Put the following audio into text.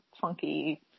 funky